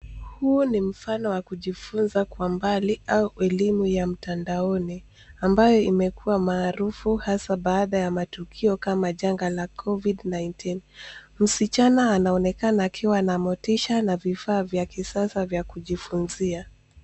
Huu ni mfano wa kujifunza kwa mbali au elimu ya mtandaoni ambao imekuwa maarufu hasa baada ya matuku ya covid-19.Msichana anaonekana akiwa na motisha na vifaa vya kisasa vya kujifunzia.